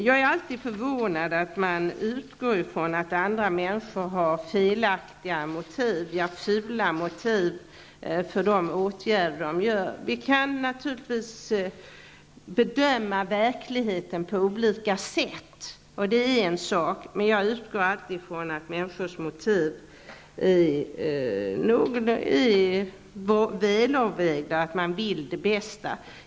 Jag är alltid förvånad över att man utgår från att andra människor har felaktiga motiv, fula motiv, för de åtgärder som de vidtar. Vi kan naturligtvis bedöma verkligheten på olika sätt. Det är en sak. Men jag utgår alltid ifrån att människors motiv är väl avvägda, att de vill det bästa.